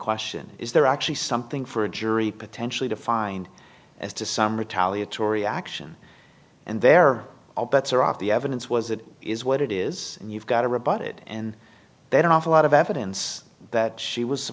question is there actually something for a jury potentially to find as to some retaliatory action and they're all bets are off the evidence was it is what it is and you've got to rebut it and then an awful lot of evidence that she was